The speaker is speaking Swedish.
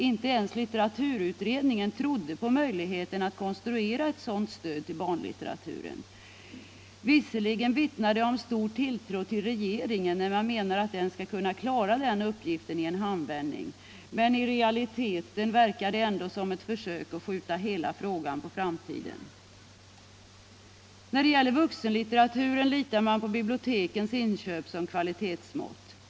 Inte ens litteraturutredningen trodde på möjligheten att konstruera ett sådant stöd till barnlitteraturen. Visserligen vittnar det om stor tilltro till regeringen när man menar att den skall kunna klara denna uppgift i en handvändning, men i realiteten verkar det ändå som ett försök att skjuta hela frågan på framtiden. När det gäller vuxenlitteraturen litar man på bibliotekens inköp som kvalitetsmått.